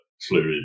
fluid